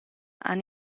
han